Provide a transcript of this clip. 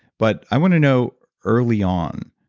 but i want to know early on,